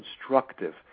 constructive